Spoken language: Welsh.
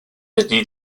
ydy